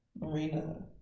Marina